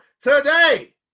today